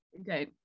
okay